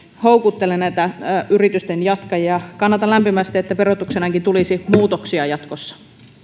houkuttele yritysten jatkajia kannatan lämpimästi että verotukseenkin tulisi muutoksia jatkossa